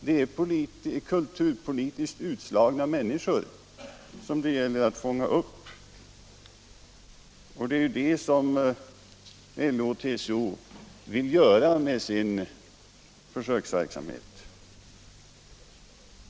De är kulturpolitiskt utslagna människor som det gäller att fånga upp, och det är det som LO och TCO vill göra med sin försöksverksamhet.